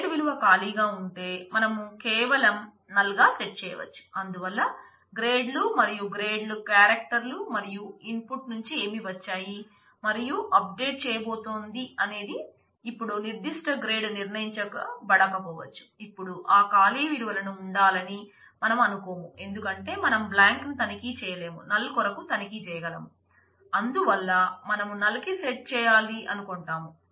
అందువల్ల గ్రేడ్ కొరకు తనిఖీ చేయగలము